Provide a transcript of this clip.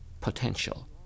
potential